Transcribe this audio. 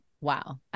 Wow